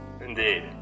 Indeed